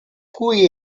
cui